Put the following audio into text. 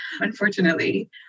unfortunately